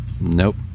Nope